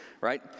right